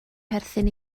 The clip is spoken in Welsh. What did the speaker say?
perthyn